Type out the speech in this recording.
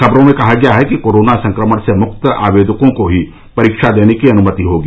खबरों में कहा गया था कि कोरोना संक्रमण से मुक्त आवेदकों को ही परीक्षा देने की अनुमति होगी